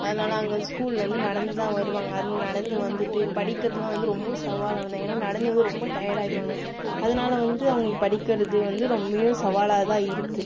அதனால் அங்கே ஸ்கூல்லேருந்து நடந்து தான் வருவாங்க அதுவும் நடந்து வந்துவிட்டு படிக்கிறதுலாம் வந்து ரொம்ப சவாலானது தான் ஏன்னா நடந்து வந்து ரொம்ப டயர்டாயிடுவாங்க அதனால் வந்து அவங்க படிக்கிறது வந்து ரொம்பையும் சவாலாக தான் இருக்கு